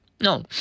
No